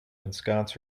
ensconce